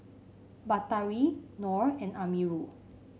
Batari Nor and Amirul